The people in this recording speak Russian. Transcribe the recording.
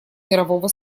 мирового